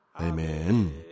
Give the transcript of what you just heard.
Amen